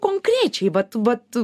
konkrečiai vat vat